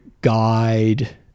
guide